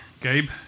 gabe